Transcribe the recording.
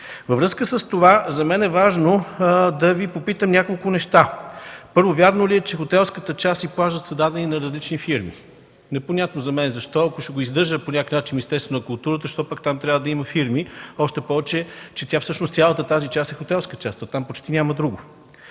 Във връзка с това за мен е важно да Ви попитам няколко неща: Първо, вярно ли е, че хотелската част и плажът са дадени на различни фирми? За мен е непонятно защо. Ако ще го издържа по някакъв начин Министерството на културата, защо там трябва да има фирми? Още повече цялата тази част е хотелска, там почти няма друго.